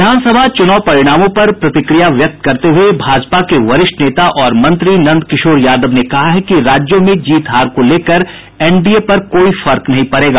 विधानसभा चुनाव परिणामों पर प्रतिक्रिया व्यक्त करते हुए भाजपा के वरिष्ठ नेता और मंत्री नंद किशोर यादव ने कहा है कि राज्यों में जीत हार को लेकर एनडीए पर कोई फर्क नहीं पड़ेगा